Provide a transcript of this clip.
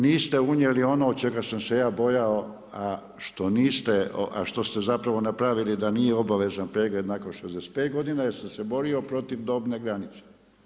Niste unijeli ono čega sam se ja bojao, a što niste, a što ste zapravo napravili da nije obavezan pregled nakon 65 godina, jer sam se borio protiv dobne granice.